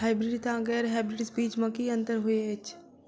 Hybrids आ गैर hybrids बीज म की अंतर होइ अछि?